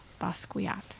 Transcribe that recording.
Basquiat